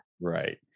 Right